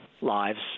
lives